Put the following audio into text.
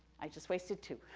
i just wasted two.